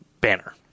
banner